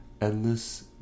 Endless